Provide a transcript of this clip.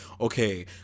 okay